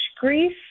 grief